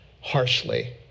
harshly